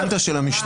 התכוונת של המשטרה.